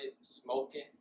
smoking